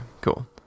cool